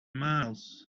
miles